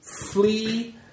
flee